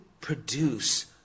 produce